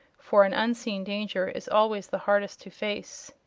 for an unseen danger is always the hardest to face.